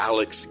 Alex